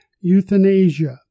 Euthanasia